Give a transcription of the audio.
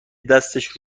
دستش